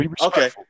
Okay